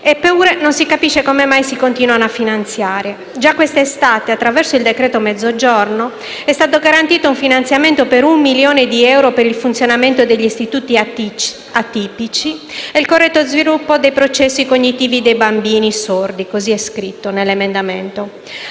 tuttavia non si capisce come mai si continuano a finanziare. Già questa estate, attraverso il decreto-legge per il Mezzogiorno, è stato garantito un finanziamento per un milione di euro per il funzionamento degli istituti atipici e il corretto sviluppo dei processi cognitivi dei bambini sordi (così è scritto nell'emendamento),